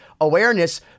awareness